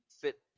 fit